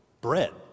bread